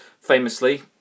Famously